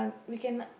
we can